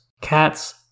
Cats